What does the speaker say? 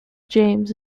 james